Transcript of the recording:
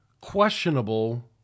questionable